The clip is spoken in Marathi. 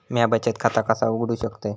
म्या बचत खाता कसा उघडू शकतय?